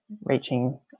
reaching